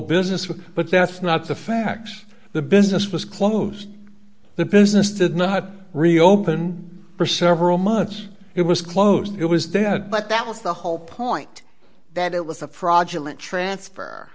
business with but that's not the facts the business was closed the business did not reopen for several months it was closed it was dad but that was the whole point that it was a fraudulent transfer